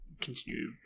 continue